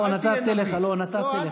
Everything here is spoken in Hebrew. אל תהיה נביא, לא, נתתי לך.